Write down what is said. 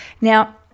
Now